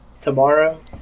tomorrow